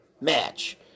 match